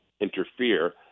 interfere